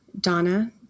Donna